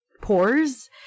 pores